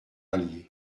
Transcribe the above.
allier